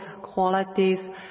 qualities